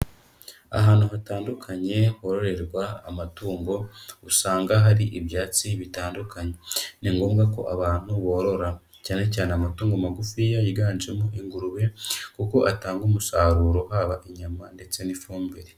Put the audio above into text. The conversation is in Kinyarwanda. Ahantu hatandukanye hororerwa amatungo usanga hari ibyatsi bitandukanye, ni ngombwa ko abantu borora cyane cyane amatungo magufi yiganjemo ingurube kuko atanga umusaruro haba inyama ndetse n'ifumbire.